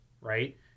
right